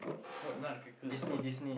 what nutcracker